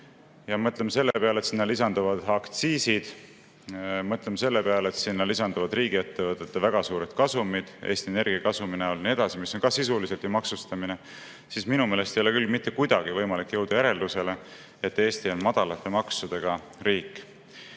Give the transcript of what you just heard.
mõtleme selle peale, et sinna lisanduvad aktsiisid, mõtleme selle peale, et sinna lisanduvad riigiettevõtete väga suured kasumid Eesti Energia kasumi näol ja nii edasi, mis on sisuliselt ka maksustamine, siis minu meelest ei ole küll mitte kuidagi võimalik jõuda järeldusele, et Eesti on madalate maksudega riik.